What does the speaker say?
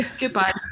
Goodbye